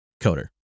Coder